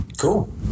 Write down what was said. cool